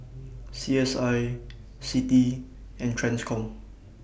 C S I CITI and TRANSCOM